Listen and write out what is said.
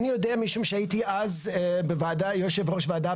אני יודע משום שהייתי אז יושב ראש ועדה